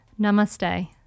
Namaste